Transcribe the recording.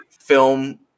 film